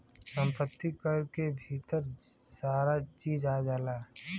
सम्पति कर के भीतर सारा चीज आ जाला